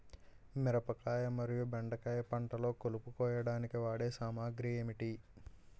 మిరపకాయ మరియు బెండకాయ పంటలో కలుపు కోయడానికి వాడే సామాగ్రి ఏమిటి?